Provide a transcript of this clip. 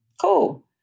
cool